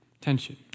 tension